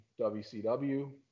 WCW